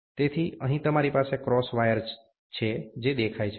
તેથી અહીં તમારી પાસે ક્રોસ વાયર છે જે દેખાય છે